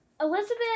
Elizabeth